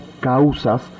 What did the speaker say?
causas